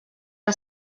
que